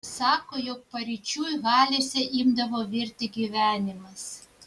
sako jau paryčiui halėse imdavo virti gyvenimas